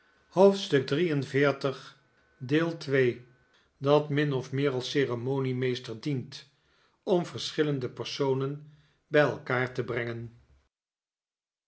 hoofdstuk xliii dat min of meer als ceremoniemeester dient om verschillende personen bij elkaar te brengen